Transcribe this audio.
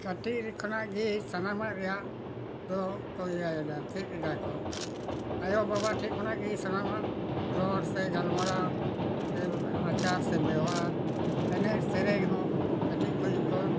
ᱠᱟᱹᱴᱤᱡ ᱠᱷᱚᱱᱟᱜ ᱜᱮ ᱥᱟᱱᱟᱢᱟᱜ ᱨᱮᱭᱟᱜ ᱫᱚ ᱠᱚ ᱤᱭᱟᱹᱭᱮᱫᱟ ᱪᱮᱫ ᱮᱫᱟ ᱠᱚ ᱟᱭᱳ ᱵᱟᱵᱟ ᱴᱷᱮᱱ ᱠᱷᱚᱱᱟᱜ ᱜᱮ ᱥᱟᱱᱟᱢᱟᱜ ᱨᱚᱲ ᱥᱮ ᱜᱟᱞᱢᱟᱨᱟᱣ ᱥᱮ ᱟᱪᱟᱨ ᱥᱮ ᱵᱮᱣᱦᱟᱨ ᱮᱱᱮᱡ ᱥᱮᱨᱮᱧ ᱦᱚᱸ ᱠᱟᱹᱴᱤᱡ ᱠᱷᱚᱱ ᱠᱚ